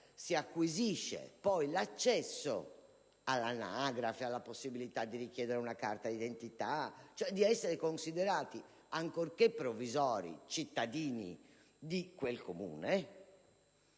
si acquisisce, ad esempio, l'accesso all'anagrafe e la possibilità di richiedere una carta d'identità, ossia di essere considerati, ancorché provvisori, cittadini di quel comune),